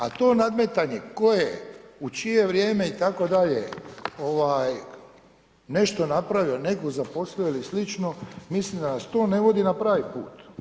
A to nadmetanje tko je u čije vrijeme itd. nešto napravio, nekog zaposlio ili slično mislim da nas to ne vodi na pravi put.